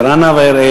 / אעברה נא ואראה,